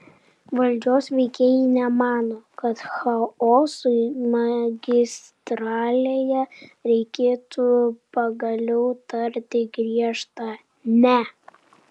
valdžios veikėjai nemano kad chaosui magistralėje reikėtų pagaliau tarti griežtą ne